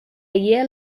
year